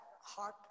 heart